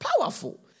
Powerful